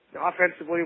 Offensively